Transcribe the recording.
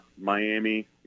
Miami